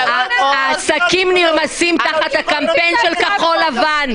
עסקים נרמסים תחת הקמפיין של כחול לבן.